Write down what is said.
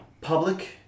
public